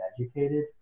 educated